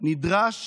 נדרש